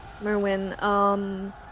Merwin